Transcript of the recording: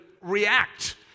react